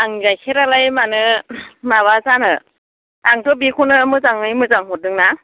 आंनि गाइखेरालाय मानो माबा जानो आंथ' बेखौनो मोजाङै मोजां हरदोंना